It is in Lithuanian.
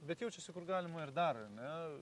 bet jaučiasi kur galima ir dar ane